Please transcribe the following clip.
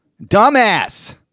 dumbass